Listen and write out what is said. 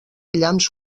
llamps